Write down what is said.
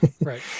Right